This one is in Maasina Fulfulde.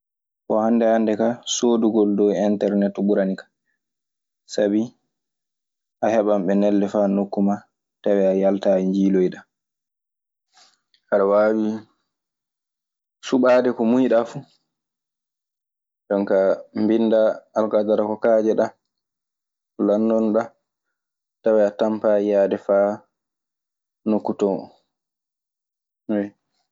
Bon hannde hannde kaa, sooɗugol dow enternet ɓuranikan, sabi a heɓan ɓe nelde faa nku maa tawee a yaltaayi njiiloyiɗaa. Aɗe waawi suɓaade ko muuyɗaa fu. Jonka mbinndaa alkadara ko kaaje ɗaa, ko landanoɗaa tawee a tampaayi yaade faa nokku ton oo.